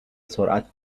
سرعت